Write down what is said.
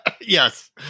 Yes